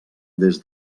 des